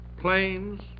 planes